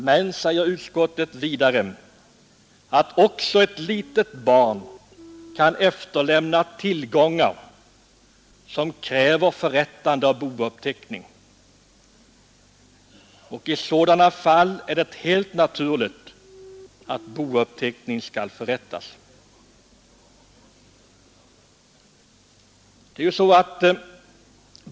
Men, säger utskottet vidare, också ett litet barn kan efterlämna tillgångar som kräver förrättande av bouppteckning. I sådant 161 fall är det helt naturligt att bouppteckning skall förrättas.